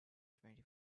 twenty